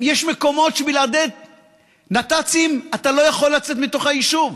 יש מקומות שבלעדי נת"צים אתה לא יכול לצאת מתוך היישוב.